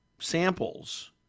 samples